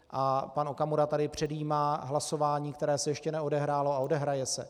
A pan Okamura tady předjímá hlasování, které se ještě neodehrálo a odehraje se.